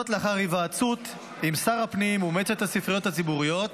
לאחר היוועצות עם שר הפנים ומועצת הספריות הציבוריות